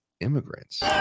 immigrants